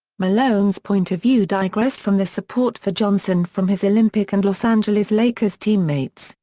malone's point of view digressed from the support for johnson from his olympic and los angeles lakers teammates,